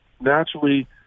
naturally